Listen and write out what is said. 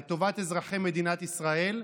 לטובת אזרחי מדינת ישראל,